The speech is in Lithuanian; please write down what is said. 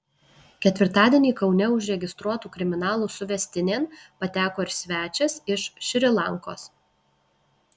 ketvirtadienį kaune užregistruotų kriminalų suvestinėn pateko ir svečias iš šri lankos